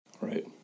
Right